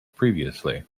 previously